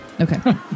Okay